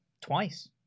Twice